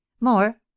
More